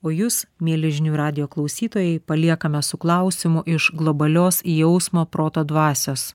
o jūs mieli žinių radijo klausytojai paliekame su klausimu iš globalios jausmo proto dvasios